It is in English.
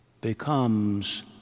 becomes